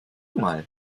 mal